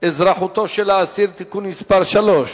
אזרחותו של האסיר (תיקון מס' 3)